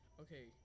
okay